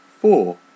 Four